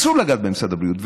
אסור לגעת במשרד הבריאות.